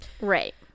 Right